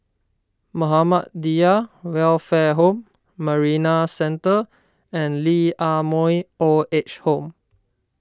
Muhammadiyah Welfare Home Marina Centre and Lee Ah Mooi Old Age Home